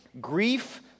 grief